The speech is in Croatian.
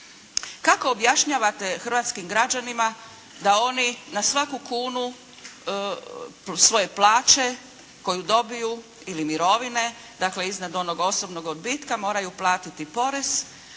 kako objašnjavate hrvatskim građanima da oni na svaku kunu svoje plaće koju dobiju, ili mirovine, dakle, iznad onog osobnog odbitka moraju platiti porez,